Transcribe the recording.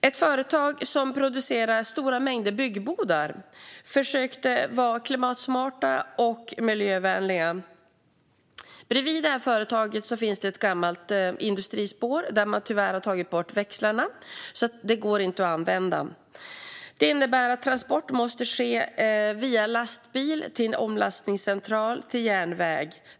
Ett företag som producerar stora mängder byggbodar försökte vara klimatsmart och miljövänligt. Bredvid företagets lokaler finns ett gammalt industrispår där man tyvärr har tagit bort växlarna, så det går inte att använda. Det innebär att transporten måste ske med lastbil till en omlastningscentral, där godset flyttas till järnväg.